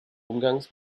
umgangs